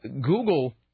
Google